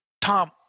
Tom